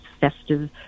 festive